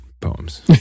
poems